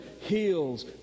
heals